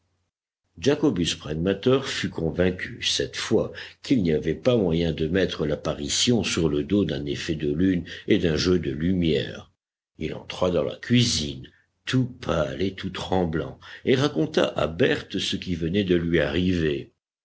jacobus pragmater fut convaincu cette fois qu'il n'y avait pas moyen de mettre l'apparition sur le dos d'un effet de lune et d'un jeu de lumière il entra dans la cuisine tout pâle et tout tremblant et raconta à berthe ce qui venait de lui arriver